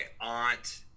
aunt